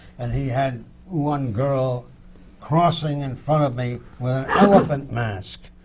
and he had one girl crossing in front of me with an elephant mask.